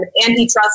antitrust